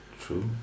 true